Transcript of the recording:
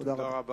תודה רבה.